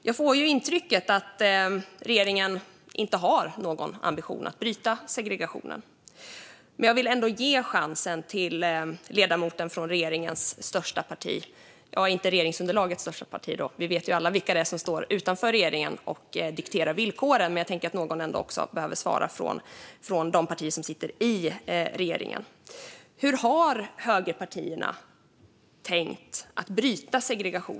Jag får intrycket att regeringen inte har någon ambition att bryta segregationen, men jag vill ändå ge ledamoten från regeringens största parti en chans att svara. Det är inte regeringsunderlagets största parti - vi vet alla vilka det är som står utanför regeringen och dikterar villkoren - men jag tänker att någon från de partier som sitter i regeringen behöver svara. Hur har högerpartierna tänkt bryta segregationen?